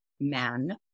men